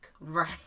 Right